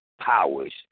powers